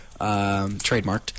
trademarked